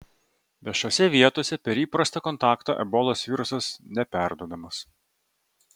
viešose vietose per įprastą kontaktą ebolos virusas neperduodamas